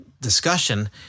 discussion